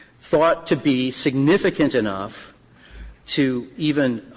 thought to be significant enough to even